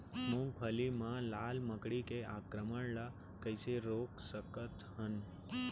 मूंगफली मा लाल मकड़ी के आक्रमण ला कइसे रोक सकत हन?